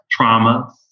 traumas